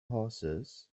horses